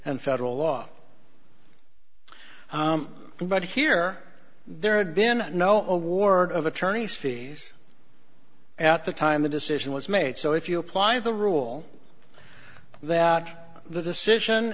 and federal law but here there had been no award of attorney's fees at the time the decision was made so if you apply the rule that the decision